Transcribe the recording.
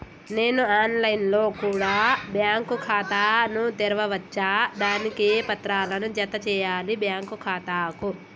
నేను online లో కూడా బ్యాంకు ఖాతా ను తెరవ వచ్చా? దానికి ఏ పత్రాలను జత చేయాలి బ్యాంకు ఖాతాకు?